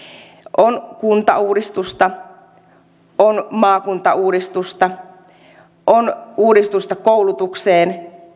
on kuntauudistusta on maakuntauudistusta on uudistusta koulutukseen